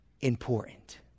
important